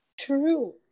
True